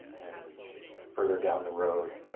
and further down the road,